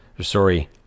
sorry